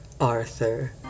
Arthur